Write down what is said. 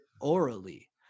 orally